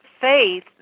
faith